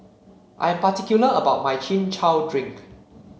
I am particular about my Chin Chow Drink